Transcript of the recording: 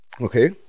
Okay